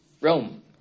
Rome